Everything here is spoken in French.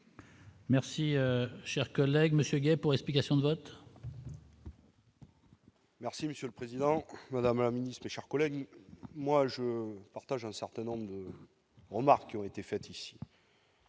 Merci, cher collègue Monsieur pour explication de vote. Merci Monsieur le Président, Madame la ministre, chers collègues, moi je partage un certain nombre de remarques qui ont été faites ici.